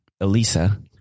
Elisa